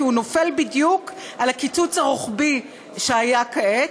כי הוא נופל בדיוק על הקיצוץ הרוחבי שהיה כעת,